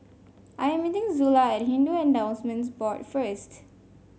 I am meeting Zula at Hindu Endowments Board first